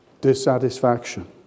dissatisfaction